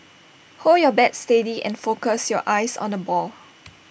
hold your bat steady and focus your eyes on the ball